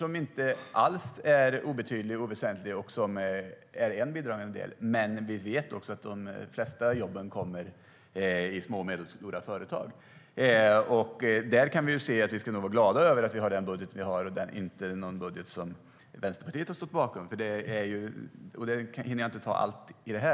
Den är inte alls obetydlig och oväsentlig utan är en bidragande del, men vi vet också att de flesta jobben kommer i små och medelstora företag. Där ska vi nog vara glada över att vi har den budget som vi har och inte någon budget som Vänsterpartiet har stått bakom. Jag hinner inte ta upp allt om det.